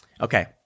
Okay